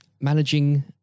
managing